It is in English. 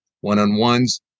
one-on-ones